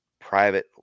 private